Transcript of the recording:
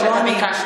לא.